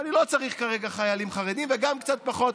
אני לא צריך כרגע חיילים חרדים, וגם קצת פחות,